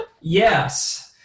yes